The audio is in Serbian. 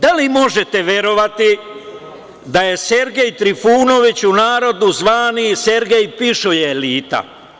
Da li možete verovati da je Sergej Trifunović, u narodnu zvani Sergej pišoje, elita?